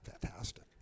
fantastic